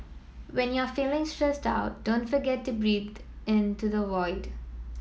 when you are feeling stressed out don't forget to breathe into the void